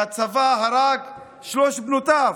שהצבא הרג את שלוש בנותיו,